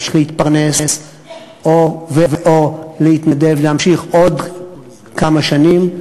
להתפרנס ו/או להתנדב להמשיך עוד כמה שנים,